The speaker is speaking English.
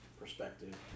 perspective